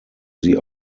sie